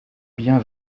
bien